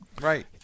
Right